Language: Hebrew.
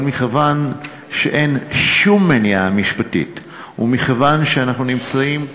אבל מכיוון שאין שום מניעה משפטית ומכיוון שאנחנו נמצאים,